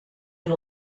une